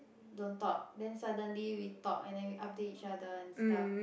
don't talk then suddenly we talk and then we update each other and stuff